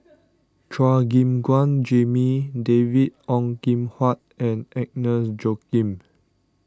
Chua Gim Guan Jimmy David Ong Kim Huat and Agnes Joaquim